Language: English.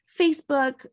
Facebook